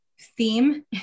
theme